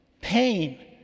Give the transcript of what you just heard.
pain